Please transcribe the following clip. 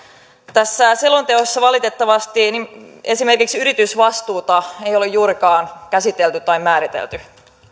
tässä selonteossa valitettavasti esimerkiksi yritysvastuuta ei ole juurikaan käsitelty tai määritelty